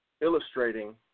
illustrating